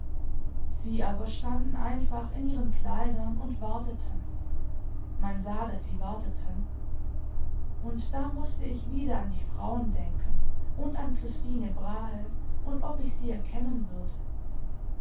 sie aber standen einfach in ihren kleidern und warteten man sah daß sie warteten und da mußte ich wieder an die frauen denken und an christine brahe und ob ich sie erkennen würde